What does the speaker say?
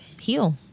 heal